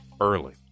early